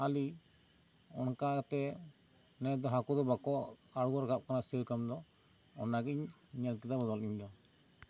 ᱦᱟᱹᱞᱤ ᱚᱱᱠᱟ ᱠᱟᱛᱮ ᱱᱮᱥ ᱫᱚ ᱦᱟᱹᱠᱩ ᱫᱚ ᱵᱟᱝ ᱠᱚ ᱟᱬᱜᱩ ᱨᱟᱠᱟᱵ ᱠᱟᱱᱟ ᱥᱮᱭᱨᱚᱠᱚᱢ ᱫᱚ ᱚᱱᱟ ᱜᱮᱧ ᱧᱮᱞ ᱠᱮᱫᱟ ᱵᱚᱞᱚᱱᱤᱝ ᱫᱚ